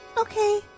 Okay